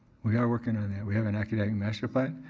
we are working on that. we have an academic master plan.